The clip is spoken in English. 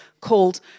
called